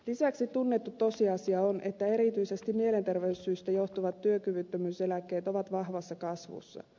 lisäksi tunnettu tosiasia on että erityisesti mielenterveyssyistä johtuvat työkyvyttömyyseläkkeet ovat vahvassa kasvussa